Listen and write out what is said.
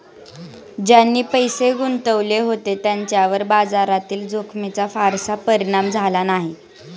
ज्यांनी पैसे गुंतवले होते त्यांच्यावर बाजारातील जोखमीचा फारसा परिणाम झाला नाही